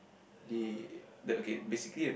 they the okay basically